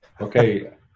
Okay